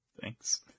Thanks